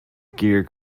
gear